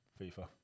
FIFA